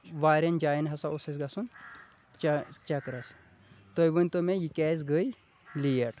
واریاہن جایَن ہَسا اوس اَسِہ گژھُن چہ چَکرَس تُہۍ ؤنۍتو مےٚ یہِ کیازِ گٔیے لِیٹ